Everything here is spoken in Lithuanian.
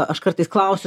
aš kartais klausiu